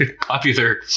popular